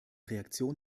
reaktion